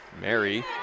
Mary